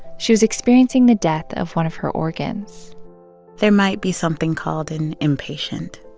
she was experiencing the death of one of her organs there might be something called an impatient